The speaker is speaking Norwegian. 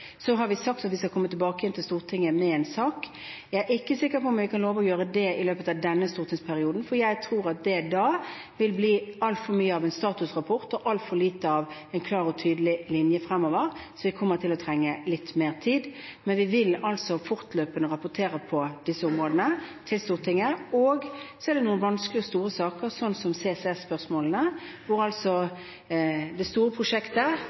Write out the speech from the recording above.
Så har vi sagt at vi skal komme tilbake til Stortinget med en sak. Jeg er ikke sikker på om vi kan love å gjøre det i løpet av denne stortingsperioden. Jeg tror at det da i altfor stor grad vil bli en statusrapport og i altfor liten grad en klar og tydelig linje fremover, så vi kommer til å trenge litt mer tid. Men vi vil fortløpende rapportere på disse områdene til Stortinget. Så er det noen vanskelige og store saker, sånn som CCS-spørsmålene, hvor det store prosjektet